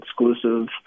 exclusive